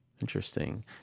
interesting